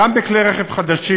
גם בכלי רכב חדשים,